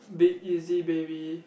big easy baby